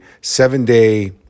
seven-day